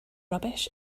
rubbish